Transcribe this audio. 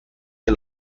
que